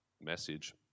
message